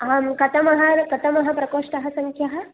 अहं कतमः कतमः प्रकोष्टः सङ्ख्यः